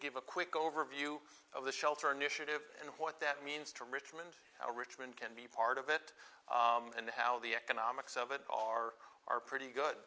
give a quick overview of the shelter initiative and what that means to richmond richmond can be part of it and how the economics of it are are pretty good